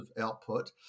output